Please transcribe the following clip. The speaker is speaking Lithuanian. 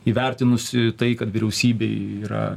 įvertinusi tai kad vyriausybė yra